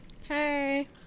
Hey